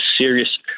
serious